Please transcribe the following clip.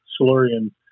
Silurian